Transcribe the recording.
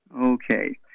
Okay